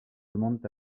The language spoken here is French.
demandent